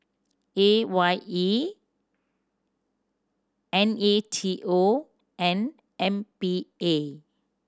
A Y E N A T O and M P A